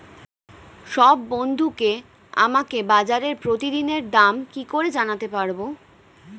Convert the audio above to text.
সব বন্ধুকে আমাকে বাজারের প্রতিদিনের দাম কি করে জানাতে পারবো?